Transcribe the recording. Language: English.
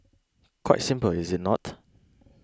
quite simple is it not